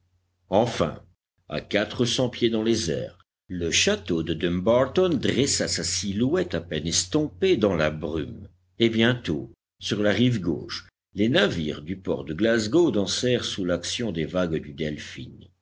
enfin à quatre cents pieds dans les airs le château de dumbarton dressa sa silhouette à peine estompée dans la brume et bientôt sur la rive gauche les navires du port de glasgow dansèrent sous l'action des vagues du delphin